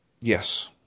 Yes